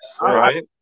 right